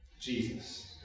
Jesus